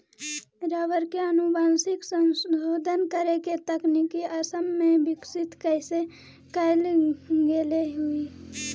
rubber के आनुवंशिक संशोधन करे के तकनीक असम में विकसित कैल गेले हई